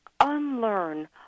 Unlearn